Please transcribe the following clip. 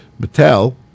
Mattel